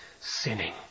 sinning